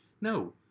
No